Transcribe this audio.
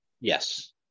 yes